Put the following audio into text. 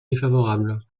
défavorable